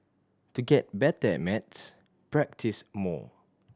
to get better at maths practise more